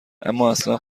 امااصلا